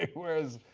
like whereas,